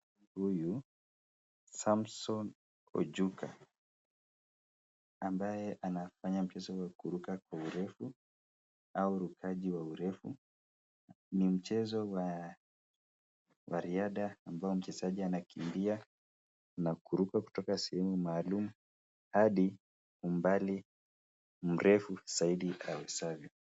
Samson Ochuga ambaye anafanya mchezo wa kuruka au urukaji kwa urefu ni mchezo wa riadha ambayo mchezaji anakimbia na kuruka kutoka sehemu maalum au mbali zaidi